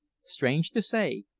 strange to say,